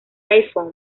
iphone